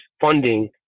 funding